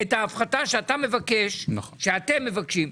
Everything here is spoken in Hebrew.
את ההפחתה שאתה מבקש, שאתם מבקשים.